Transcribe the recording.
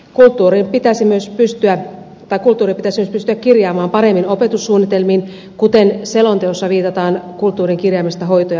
kulttuuri pitäisi myös pystyä kirjaamaan paremmin opetussuunnitelmiin kuten selonteossa todetaan kulttuurin kirjaamisesta hoito ja palvelusuunnitelmiin